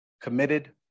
committed